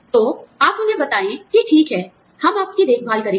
तो आप उन्हें बताएं कि ठीक है हम आपकी देखभाल करेंगे